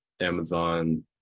Amazon